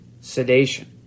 sedation